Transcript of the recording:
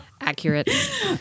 accurate